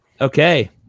Okay